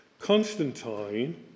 Constantine